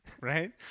right